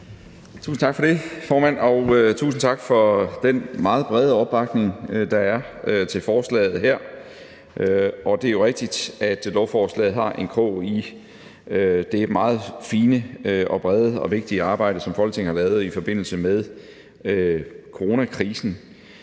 Tusind tak for det, formand. Og tusind tak for den meget brede opbakning, der er, til forslaget. Det er jo rigtigt, at lovforslaget har en krog i det meget fine, brede og vigtige arbejde, som Folketinget har lavet i forbindelse med coronakrisen.